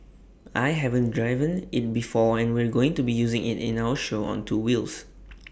I haven't driven IT before and we're going to be using IT in our show on two wheels